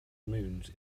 moons